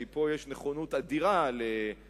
כי פה יש נכונות אדירה לוויתורים,